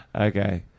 Okay